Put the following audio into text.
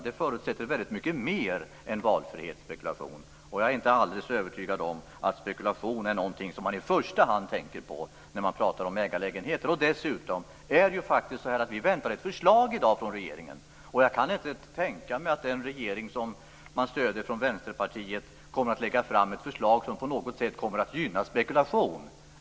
Det förutsätter mycket mer än valfrihet. Och jag är inte alldeles övertygad om att spekulation är något som man i första hand tänker på när man talar om ägarlägenheter. Dessutom väntar vi i dag på ett förslag från regeringen. Och jag kan inte tänka mig att den regering som Vänsterpartiet stöder kommer att lägga fram ett förslag som på något sätt kommer att gynna spekulation.